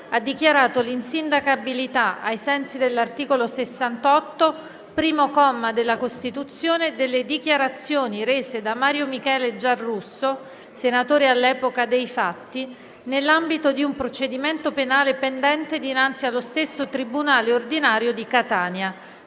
ha dichiarato l'insindacabilità, ai sensi dell'articolo 68, primo comma, della Costituzione, delle dichiarazioni rese da Mario Michele Giarrusso, senatore all'epoca dei fatti, nell'ambito di un procedimento penale pendente dinanzi allo stesso tribunale ordinario di Catania,